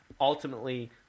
ultimately